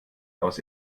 aus